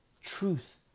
truth